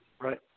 Right